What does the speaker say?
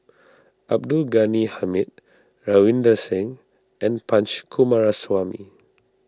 Abdul Ghani Hamid Ravinder Singh and Punch Coomaraswamy